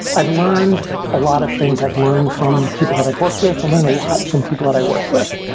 i've learned a lot of things i've learned from people that i've worked with. i've and learned a lot from people that i work with.